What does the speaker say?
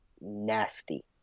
nasty